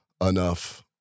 enough